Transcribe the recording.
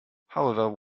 however